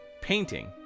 painting